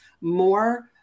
more